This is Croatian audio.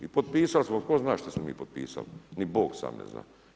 I potpisali smo, tko zna šta smo mi potpisali, ni Bog sam ne zna.